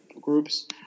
groups